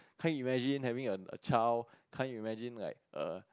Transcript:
can't imagine having a a child can't imagine like err